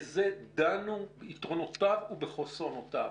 בזה דנו, על יתרונותיו וחסרונותיו.